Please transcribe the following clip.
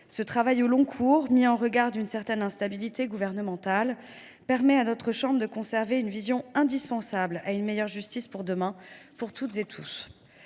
Ce travail au long cours, mis en regard d’une certaine instabilité gouvernementale, permet à notre chambre de conserver une vision indispensable à une meilleure justice pour demain, au service de toutes